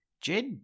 Jed